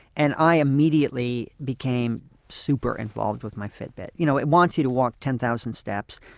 and i immediately became super involved with my fitbit you know it wants you to walk ten thousand steps,